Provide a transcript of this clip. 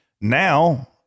now